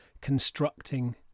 constructing